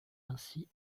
ainsi